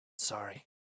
Sorry